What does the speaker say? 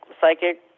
psychic